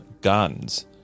guns